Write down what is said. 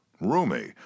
roomy